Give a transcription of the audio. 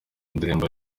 ndirimbo